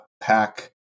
pack